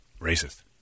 Racist